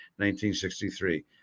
1963